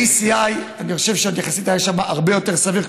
ב-ECI, אני חושב שיחסית היה שם הרבה יותר סביר.